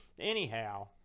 Anyhow